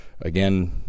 Again